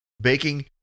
Baking